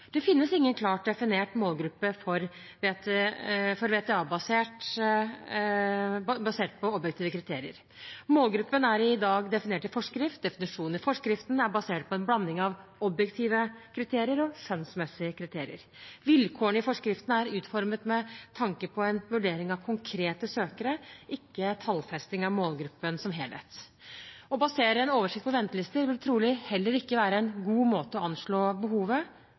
Det finnes ingen klart definert målgruppe for VTA basert på objektive kriterier. Målgruppen er i dag definert i forskrift. Definisjonen i forskriften er basert på en blanding av objektive kriterier og skjønnsmessige kriterier. Vilkårene i forskriften er utformet med tanke på en vurdering av konkrete søkere, ikke tallfesting av målgruppen som helhet. Å basere en oversikt på ventelister vil trolig heller ikke være en god måte å anslå behovet